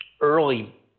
early